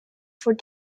for